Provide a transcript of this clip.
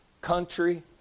country